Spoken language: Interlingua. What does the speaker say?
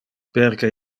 perque